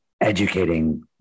educating